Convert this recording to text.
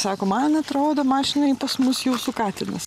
sako man atrodo mašinoj pas mus jūsų katinas